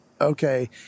okay